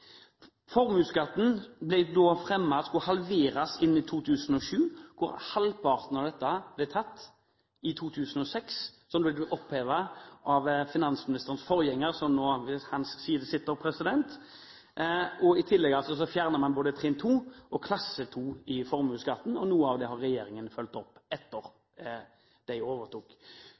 formuesskatten skulle halveres innen 2007, hvorav halvparten av dette ble tatt i 2006, og så ble det opphevet av finansministerens forgjenger, som nå ved hans side sitter. I tillegg fjerner man altså både trinn 2 og klasse 2 i formuesskatten, og noe av det har regjeringen fulgt opp etter at den overtok.